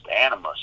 animus